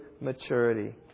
maturity